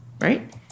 right